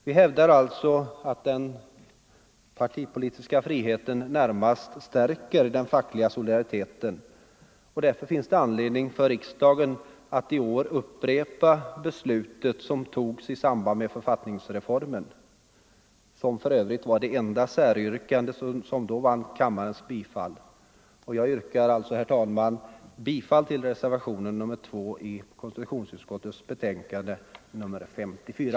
Vi hävdar alltså att den partipolitiska friheten närmast stärker den fackliga solidariteten, och därför finns det anledning för riksdagen att i år upprepa det beslut som fattades i samband med författningsreformen — för övrigt det enda säryrkande som då vann kammarens bifall. Jag yrkar alltså, herr talman, bifall till reservationen 2 vid konstitutionsutskottets betänkande nr 54.